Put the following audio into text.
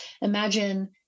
imagine